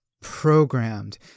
programmed